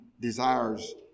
desires